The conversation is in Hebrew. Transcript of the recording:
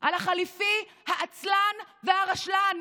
על החליפי העצלן והרשלן,